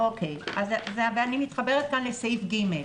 אני מתחברת כאן לסעיף (ג).